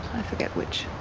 i forget which.